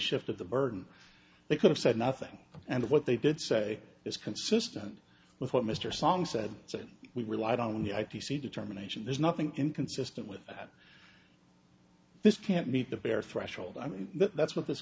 shifted the burden they could have said nothing and what they did say is consistent with what mr song said so we relied on the i t c determination there's nothing inconsistent with that this can't meet the bare threshold i mean that's what this